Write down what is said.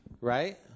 right